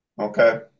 Okay